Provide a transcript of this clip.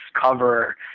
cover